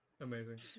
Amazing